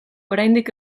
oraindik